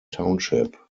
township